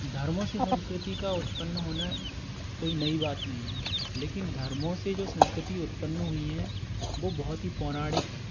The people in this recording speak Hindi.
धर्मों से संस्कृति का उत्पन्न होना कोई नई बात नहीं है लेकिन धर्मों से जो संस्कृति उत्पन्न हुई है वो बहुत ही पौराणिक है